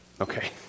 Okay